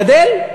גדל.